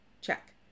check